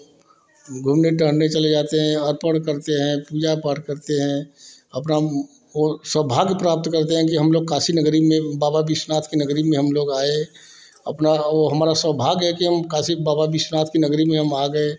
घूमने टहलने चले जाते हैं अर्पण करते हैं पूजा पाठ करते हैं अपना वे सौभाग्य प्राप्त करते हैं कि हम लोग काशी नगरी में बाबा विश्वनाथ की नगरी में हम लोग आए अपना वह हमारा सौभाग्य है कि हम काशी बाबा विश्वनाथ की नगरी में हम आ गए